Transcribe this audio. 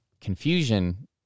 confusion